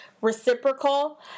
reciprocal